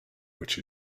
which